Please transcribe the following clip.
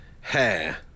Hair